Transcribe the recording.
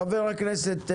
חבר הכנסת,